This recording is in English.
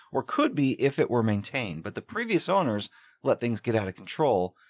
or could be if it were maintained, but the previous owners let things get out of control,